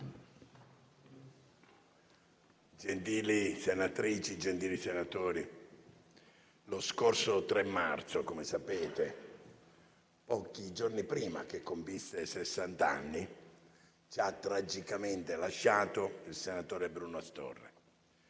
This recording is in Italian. Gentili senatrici e senatori, lo scorso 3 marzo, come sapete, pochi giorni prima che compisse sessant'anni, ci ha tragicamente lasciato il senatore Bruno Astorre.